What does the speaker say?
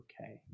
okay